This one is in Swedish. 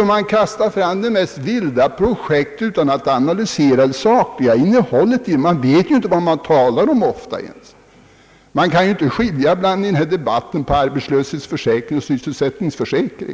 och man kastar fram de vildaste projekt utan att analysera det sakliga innehållet. Man vet helt enkelt inte vad man talar om, och man kan i debatten inte skilja på arbetslöshetsförsäkring och sysselsättningsförsäkring.